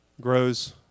grows